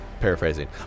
Paraphrasing